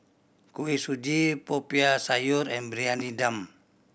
Kuih Suji Popiah Sayur and Briyani Dum